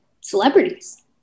celebrities